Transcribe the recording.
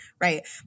Right